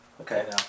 Okay